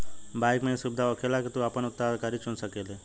bike मे ई सुविधा होखेला की तू आपन उत्तराधिकारी चुन सकेल